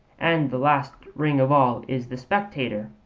and the last ring of all is the spectator.